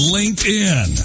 LinkedIn